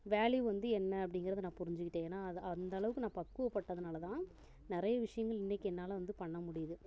value வந்து என்ன அப்படிங்கிறது நான் புரிஞ்சுக்கிட்டேன் ஏன்னா அது அந்த அளவுக்கு நான் பக்குவப்பட்டதுனால் தான் நிறையா விஷயங்கள் இன்றைக்கி என்னால் வந்து பண்ண முடியுது